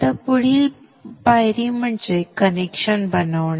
आता पुढील पायरी म्हणजे कनेक्शन बनवणे